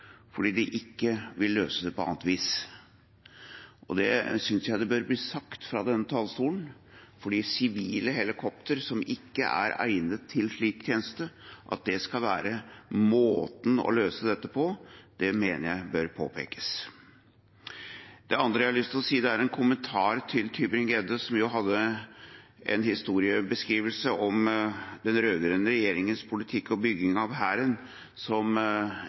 fordi de ikke vil løse det på annet vis. Det synes jeg bør bli sagt fra denne talerstolen. At sivile helikoptre som ikke er egnet til slik tjeneste, skal være måten å løse dette på, mener jeg bør påpekes. Det andre jeg har lyst til å si, er en kommentar til Tybring-Gjedde, som hadde en historiebeskrivelse av den rød-grønne regjeringens politikk og bygging av Hæren som